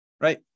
Right